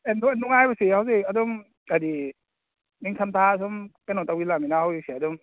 ꯑꯦ ꯅꯣꯏ ꯅꯨꯡꯉꯥꯏꯕꯁꯨ ꯌꯥꯎꯖꯩ ꯑꯗꯨꯝ ꯀꯔꯤ ꯅꯤꯡꯊꯝ ꯊꯥ ꯁꯨꯝ ꯀꯩꯅꯣ ꯇꯧꯁꯤꯜꯂꯛꯑꯕꯅꯤꯅ ꯍꯧꯖꯤꯛꯁꯦ ꯑꯗꯨꯝ